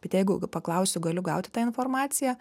bet jeigu paklausiu galiu gauti tą informaciją